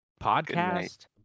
podcast